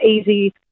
easy